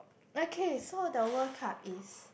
okay so the World Cup is